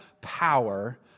power